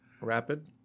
Rapid